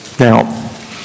Now